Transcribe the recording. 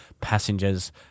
passenger's